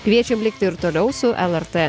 kviečiam likti ir toliau su lrt